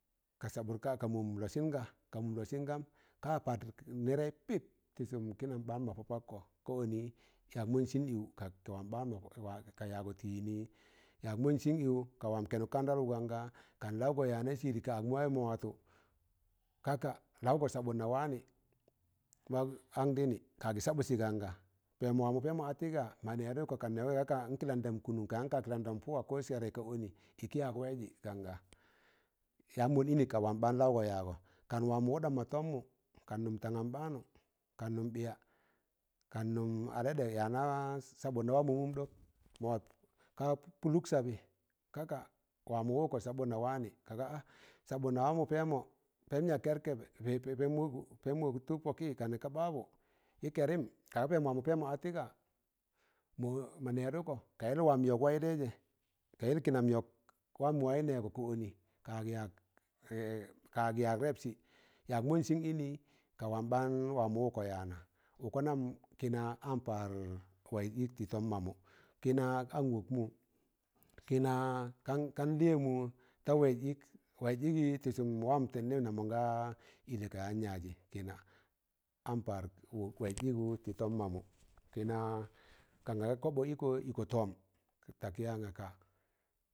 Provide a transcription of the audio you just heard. Ka sabụr ka- ag. Ka mụm lọsịn ga, kọ mụm lọsịn gam, ka paad nẹrẹị pịp tị sụm kịnam baan mọ pọ pakkọ, ka ọnị yag mọndsịn ịwụ, kad wam baan ka yagọ tị yịnị, yag mọndsịn ịwụ ka wam kẹnụk kan ndal wụ ganga, kan lawọgo yana sịrị ka- ag mụ wụ mọ watụ ka ka laụgọ sabụtna waanị, mọk ang dịnị ka- agị sabụtsị ganga pẹmọ wa mọ pẹmọ a tịga ma nẹrụkọ kan negọị ga ka a kịlandam kụnụn, ka yan kad' kịlandam pụwa ko sẹrẹị ka ọnị ịkị yak waịzị ganga, yaan mọnd ịnị ka wam baan laụgọ yagọ, kan wamọ wuɗam mọ tọmwọụ, kan nụm tangan baanu kan num biya kan num aleɗe yana, sabụtgọ wa mọ mụm ɗọk, mọ wat ka pụlụk sabi kaka wamowuɗ kọ sabudgo wani ka ga a sabụtna waamọ pẹmọ pẹm ya kẹrkẹbẹ pẹm wọb tụk pọkị ka nẹ ka babu yi kerim ka ga pẹmọ wa mọ pẹmọ a tịga? mọ nẹdụkọ ka yịl wam yọk waị taịzẹ, ka yịl kịnam yọk wam mụ waị nẹgọ ka ọnị kaagị yak rẹpsị yak mọndsịn ịnị ka wam baan wamọ wụkọ yana uko nam kina an paar waịz ịk tị tọm ma mụ, kịna an wọk mụ kịna kan lịyẹ mụ ta waịz ịk, waịz ịgị tị sụm wam tẹmdẹẹmẹ nam mọga ịlẹ ka yaan yajị, kina am paar waịz ịgụ tị tọm mamụ kịna kan ga ga kobo ịkọ, ịkọ tọọm takị ya ngaka.